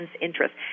interest